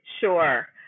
Sure